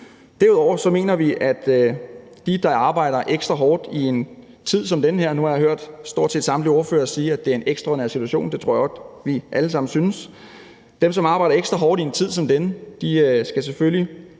Derudover mener vi, at dem, der arbejder ekstra hårdt i en tid som den her – nu har jeg hørt stort set samtlige ordførere sige, at det er en ekstraordinær situation; det tror jeg nok vi alle sammen synes – selvfølgelig skal have al den ros, anerkendelse og